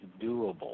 doable